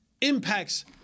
impacts